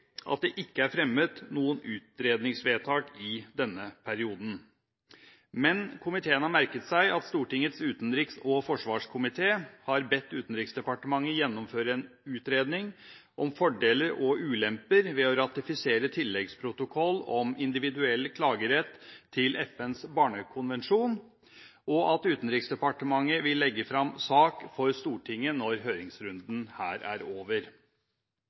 at det ikke er fremmet noen utredningsvedtak i denne perioden. Men komiteen har merket seg at Stortingets utenriks- og forsvarskomité har bedt Utenriksdepartementet gjennomføre en utredning om fordeler og ulemper ved å ratifisere FNs barnekonvensjons tilleggsprotokoll om individuell klagerett, og at Utenriksdepartementet vil legge fram sak for Stortinget når høringsrunden er over.